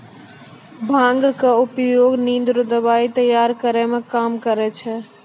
भांगक उपयोग निंद रो दबाइ तैयार करै मे काम करै छै